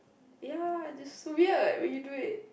ya it is weird when you do it